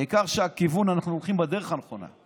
העיקר הכיוון, שאנחנו הולכים בדרך הנכונה.